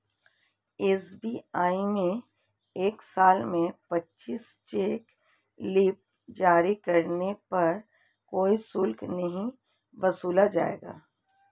SBI में एक साल में पच्चीस चेक लीव जारी करने पर कोई शुल्क नहीं वसूला जाएगा